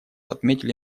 отметили